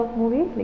movie